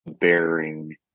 bearing